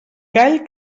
gall